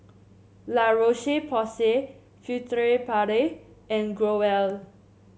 La Roche Porsay Furtere Paris and Growell